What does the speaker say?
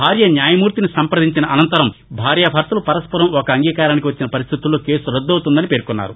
భార్య న్యాయమూర్తిని సంపదించిన అనంతరం భార్యా భర్తలు పరస్పరం ఒక అంగీకారానికి వచ్చిన పరిస్దితుల్లో కేసు రద్దు అవుతుందని పేర్కొన్నారు